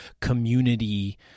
community